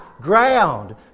ground